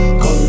go